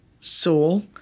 soul